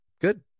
Good